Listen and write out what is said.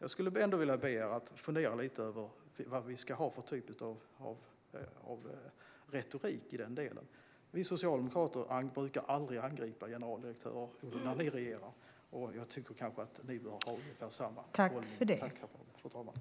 Jag skulle vilja be er att fundera lite över vad vi ska ha för typ av retorik när det gäller det här. Vi socialdemokrater brukar aldrig angripa generaldirektörer när ni regerar, och jag tycker att ni bör ha ungefär samma hållning.